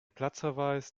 platzverweis